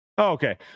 Okay